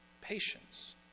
Patience